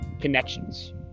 connections